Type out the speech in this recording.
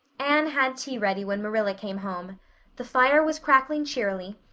anne had tea ready when marilla came home the fire was crackling cheerily,